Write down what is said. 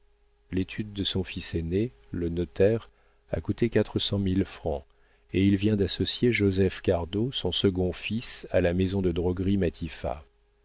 l'étude de son fils aîné le notaire a coûté quatre cent mille francs et il vient d'associer joseph cardot son second fils à la maison de droguerie